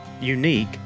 unique